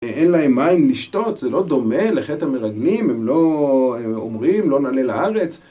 אין להם מים לשתות, זה לא דומה לחטא המרגלים, הם לא אומרים לא נעלה לארץ